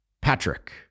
patrick